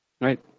Right